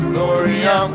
Gloria